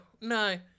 no